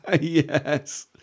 Yes